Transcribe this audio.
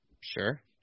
Sure